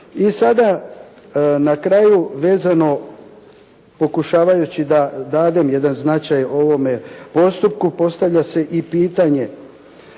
I sada na kraju, vezano pokušavajući da dadem jedan značaj ovome postupku postavlja se i pitanje